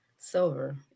Silver